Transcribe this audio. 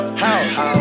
house